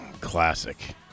Classic